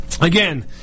Again